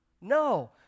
No